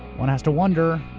one has to wonder,